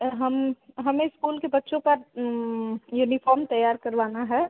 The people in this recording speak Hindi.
सर हम हमें स्कूल के बच्चों पर यूनिफ़ॉर्म तैयार करवाना है